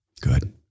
good